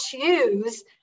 choose